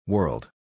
World